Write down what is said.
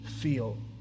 feel